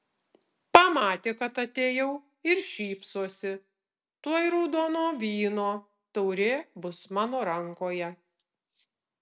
pamatė kad atėjau ir šypsosi tuoj raudono vyno taurė bus mano rankoje